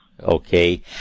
okay